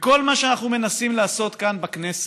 וכל מה שאנחנו מנסים לעשות כאן בכנסת,